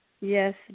Yes